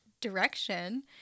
direction